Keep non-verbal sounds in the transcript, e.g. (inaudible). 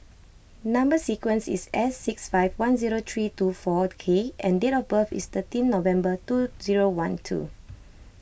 Number Sequence is S six five one zero three two four K and date of birth is thirteen November two zero one two (noise)